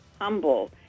humble